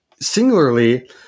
singularly